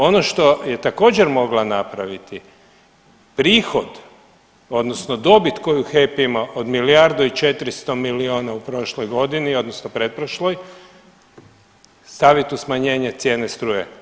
Ono što je također mogla napraviti prihod odnosno dobit koju HEP ima od milijardu i 400 milijuna u prošloj godini odnosno pretprošloj stavit u smanjenje cijene struje.